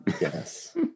Yes